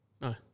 No